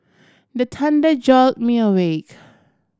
the thunder jolt me awake